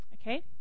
okay